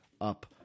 up